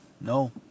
No